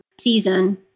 season